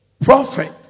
prophet